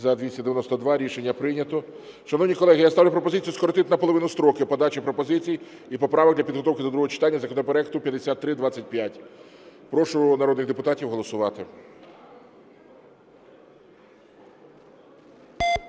За-292 Рішення прийнято. Шановні колеги, я ставлю пропозицію скоротити наполовину строки подачі пропозицій і поправок для підготовки до другого читання законопроекту 5325. Прошу народних депутатів голосувати.